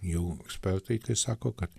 jau ekspertai tai sako kad